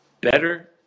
Better